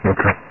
Okay